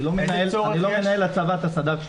אני לא מנהל לצבא את הסד"כ שלו.